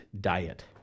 diet